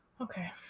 Okay